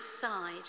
side